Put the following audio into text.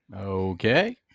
Okay